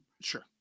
Sure